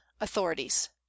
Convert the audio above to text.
authorities